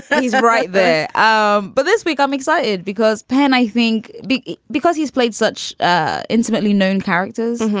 and he's right there. um but this week i'm excited because pen, i think big because he's played such ah intimately known characters